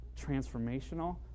transformational